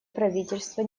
правительства